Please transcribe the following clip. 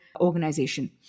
organization